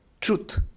truth